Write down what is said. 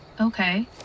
Okay